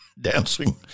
dancing